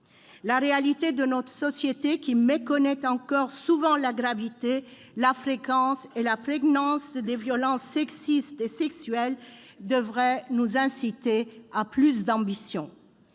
La réalité de notre société, qui méconnaît encore souvent la gravité, la fréquence et la prégnance des violences sexistes et sexuelles, devrait nous inciter à plus d'ambition.